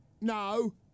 No